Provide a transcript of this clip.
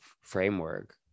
framework